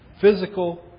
physical